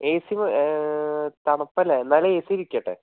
A C തണുപ്പല്ലേ എന്നാലും A C ഇരിക്കട്ടെ